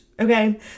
okay